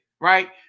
right